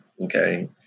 okay